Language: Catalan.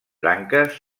branques